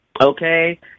Okay